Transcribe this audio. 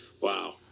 wow